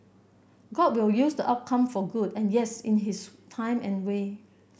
god will use the outcome for good and yes in his time and way